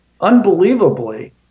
unbelievably